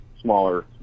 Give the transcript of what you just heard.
smaller